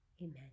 Amen